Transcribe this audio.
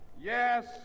yes